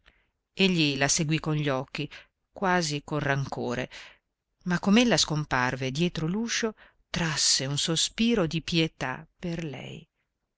egli la seguì con gli occhi quasi con rancore ma com'ella scomparve dietro l'uscio trasse un sospiro di pietà per lei